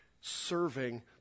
serving